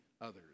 others